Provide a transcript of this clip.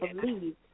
believe